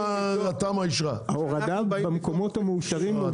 ההורדה במקומות המאושרים מאושרת.